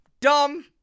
dumb